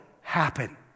happen